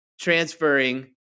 transferring